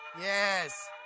Yes